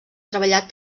treballat